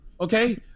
okay